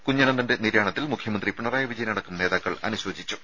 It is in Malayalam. കുഞ്ഞനന്തന്റെ നിര്യാണത്തിൽ മുഖ്യമന്ത്രി പിണറായി വിജയനടക്കം നേതാക്കൾ അനുശോചിച്ചു